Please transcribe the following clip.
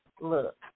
Look